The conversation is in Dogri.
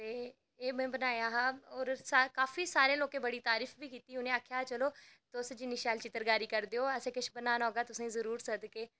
ते एह् में बनाया हा ते काफी सारें लोकें तारीफ बी कीती ही कि चलो तुस इन्नी शैल चित्रकारी करदे ओह् अगर असें किश बनाना होग ते जरूर तुसेंगी सद्दगे